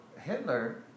Hitler